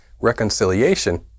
reconciliation